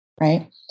right